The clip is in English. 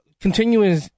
continuing